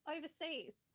Overseas